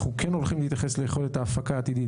אנחנו כן הולכים להתייחס ליכולת ההפקה העתידית,